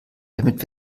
damit